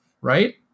right